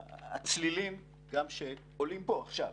הצלילים גם שעולים פה עכשיו,